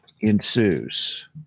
ensues